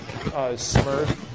Smurf